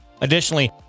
additionally